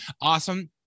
Awesome